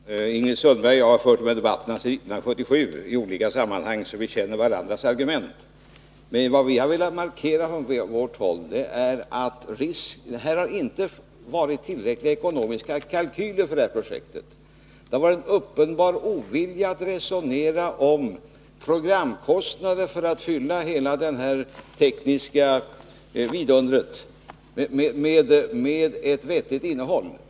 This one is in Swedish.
Fru talman! Ingrid Sundberg och jag har fört de här debatterna sedan 1977 i olika sammanhang, så vi känner varandras argument. Vad vi har velat markera från vårt håll är att det inte funnits tillräckliga ekonomiska kalkyler för projektet. Det har varit en uppenbar ovilja att resonera om kostnaderna för att fylla en sådan satellit med så stora tekniska resurser med ett vettigt innehåll.